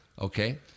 okay